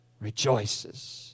rejoices